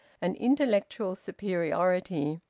and intellectual superiority.